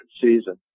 season